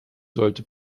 sollte